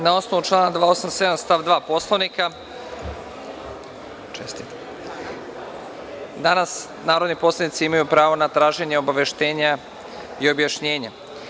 Na osnovu člana 287. stav 2. Poslovnika, danas narodni poslanici imaju pravo na traženje obaveštenja i objašnjenja.